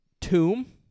Tomb